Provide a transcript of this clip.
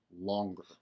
longer